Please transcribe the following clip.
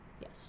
Yes